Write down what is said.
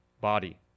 body